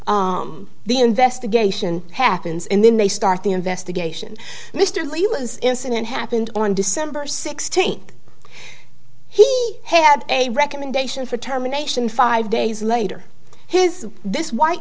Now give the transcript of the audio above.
the investigation happens and then they start the investigation mr lee was incident happened on december sixteenth he had a recommendation for termination five days later his this white